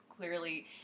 Clearly